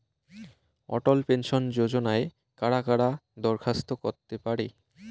অটল pension যোজনায় কারা কারা দরখাস্ত করতে পারে?